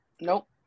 Nope